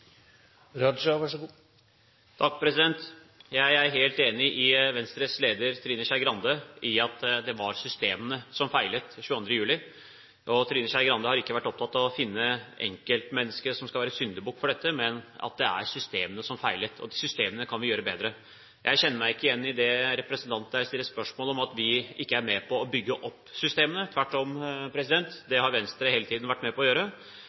Jeg er helt enig med Venstres leder, Trine Skei Grande, i at det var systemene som feilet 22. juli. Trine Skei Grande har ikke vært opptatt av at enkeltmennesker skal være syndebukk. Det er systemene som feilet, og systemene kan vi gjøre bedre. Jeg kjenner meg ikke igjen i spørsmålet som representanten her stiller, om at vi ikke er med på å bygge opp systemene. Tvert om er det noe Venstre hele tiden har vært med på å gjøre.